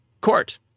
court